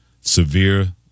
Severe